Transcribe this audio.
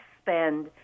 spend